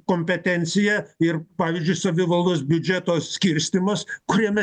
kompetencija ir pavyzdžiui savivaldos biudžeto skirstymas kuriame